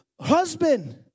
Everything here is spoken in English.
husband